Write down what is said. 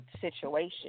situation